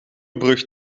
brug